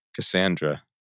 Cassandra